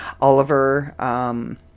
Oliver